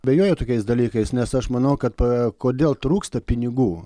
abejoju tokiais dalykais nes aš manau kad pa kodėl trūksta pinigų